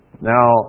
Now